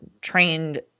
trained